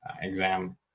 exam